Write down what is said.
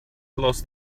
lost